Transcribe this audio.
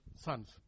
sons